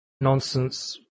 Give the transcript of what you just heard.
nonsense